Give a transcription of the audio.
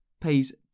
pays